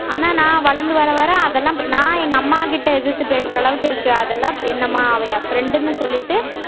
ஆனால் நான் வளர்ந்து வர வர அதெல்லாம் நான் எங்கள் அம்மாக்கிட்டே எதிர்த்து பேசுகிற அளவுக்கு இருக்குது அதெல்லாம் என்னம்மா அவள் என் ஃப்ரெண்டுன்னு சொல்லிவிட்டு